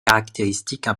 caractéristiques